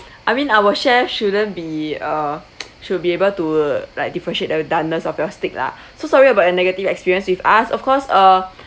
I mean our chefs shouldn't be uh should be able to like differentiate the doneness of your steak lah so sorry about your negative experience with us of course uh